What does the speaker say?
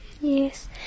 Yes